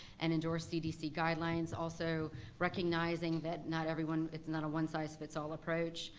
and endorse cdc guidelines, also recognizing that not everyone, it's not a one-size-fits-all approach.